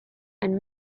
and